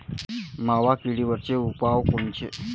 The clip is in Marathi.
मावा किडीवरचे उपाव कोनचे?